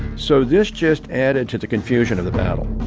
so this just added to the confusion of the battle